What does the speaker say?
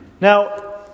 Now